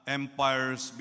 empires